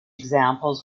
examples